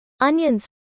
onions